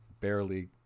barely